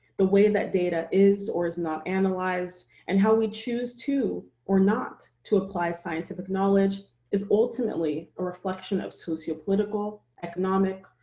the way that data is or is not analyzed, and how we choose to or not to apply scientific knowledge is ultimately a reflection of sociopolitical, economic,